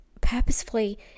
purposefully